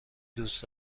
دوست